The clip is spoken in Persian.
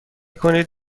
کنید